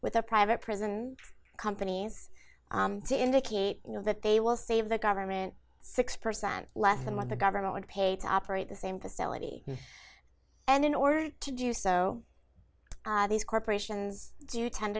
with a private prison companies to indicate you know that they will save the government six percent less than what the government would pay to operate the same facility and in order to do so these corporations do tend